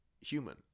human